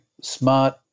smart